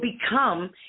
become